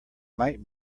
might